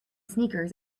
sneakers